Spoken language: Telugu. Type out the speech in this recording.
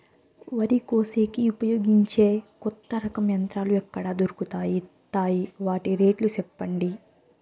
వరి కోసేకి ఉపయోగించే కొత్త రకం యంత్రాలు ఎక్కడ దొరుకుతాయి తాయి? వాటి రేట్లు చెప్పండి?